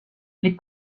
les